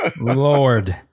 lord